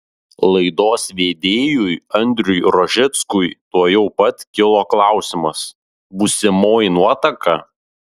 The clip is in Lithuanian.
laidos vedėjui andriui rožickui tuojau pat kilo klausimas būsimoji nuotaka